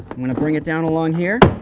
i'm going to bring it down along here.